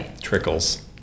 trickles